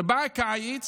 כשבא הקיץ,